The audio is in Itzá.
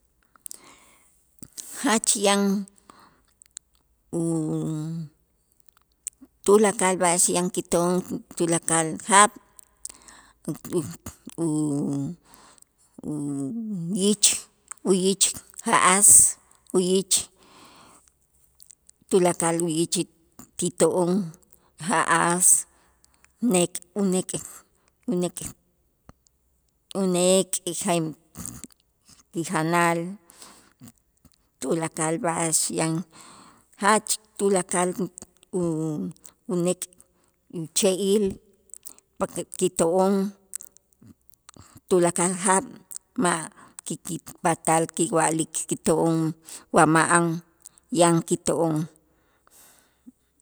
Jach yan u tulakal b'a'ax yan kito'on tulakal jaab' u- uyich uyich ja'as, uyich tulakal uyich kito'on ja'as nek' unek', unek', unek' kijanal tulakal b'a'ax yan jach tulakal u- unek' che'il kito'on tulakal jaab' ma' ki- kipatal kiwa'lik kit'on wa ma'an yan kito'on.